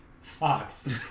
Fox